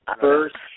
first